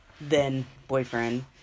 then-boyfriend